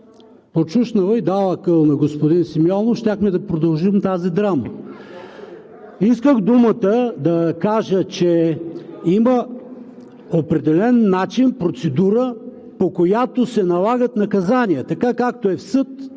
подшушнала и дала акъл на господин Симеонов, щяхме да продължим тази драма. Исках думата да кажа, че има определен начин, процедура, по която се налагат наказания, така както е в съд,